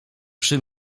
przy